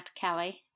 Kelly